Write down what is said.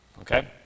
Okay